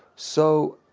so,